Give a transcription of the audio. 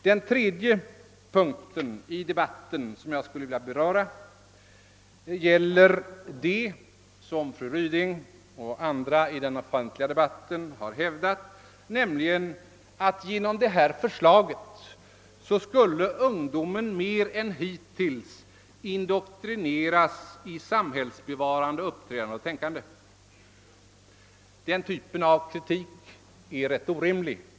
Den fjärde punkt i debatten som jag skulle vilja beröra är en uppfattning som hävdats av fru Ryding och av andra i den offentliga diskussionen. Den avser att ungdomen genom förevarande förslag mer än hittills skulle indoktrineras till ett: samhällsbevarande uppträdande och tänkande. Denna typ av kritik är orimlig.